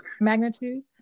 magnitude